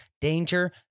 danger